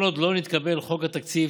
כל עוד לא נתקבל חוק התקציב,